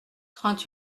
trente